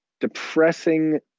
depressing